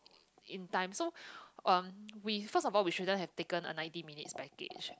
in time so um we first of all we shouldn't have taken a ninety minutes package